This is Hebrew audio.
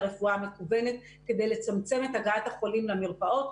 לרפואה המקוונת כדי לצמצם את הגעת החולים למרפאות.